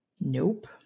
nope